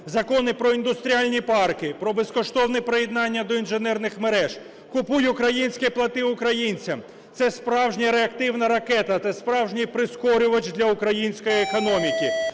Закони про індустріальні парки, про безкоштовне приєднання до інженерних мереж, "Купуй українське, плати українцям" – це справжня реактивна ракета, це справжній прискорювач для української економіки,